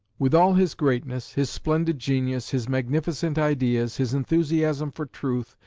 with all his greatness, his splendid genius, his magnificent ideas, his enthusiasm for truth,